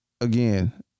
again